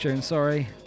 Sorry